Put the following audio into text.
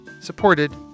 supported